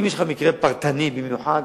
אם יש לך מקרה פרטני במיוחד,